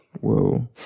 Whoa